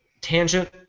tangent